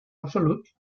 absoluts